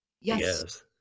Yes